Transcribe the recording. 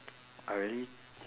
I really